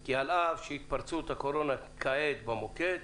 כי על אף שהתפרצות הקורונה כעת במוקד,